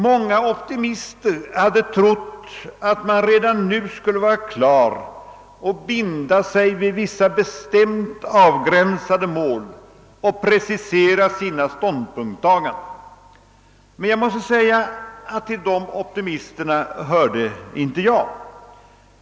Många optimister hade trott att man redan nu skulle vara klar att binda sig vid vissa bestämt avgränsade mål och precisera sina ståndpunktstaganden. Till de optimisterna hörde inte jag.